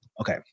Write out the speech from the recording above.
Okay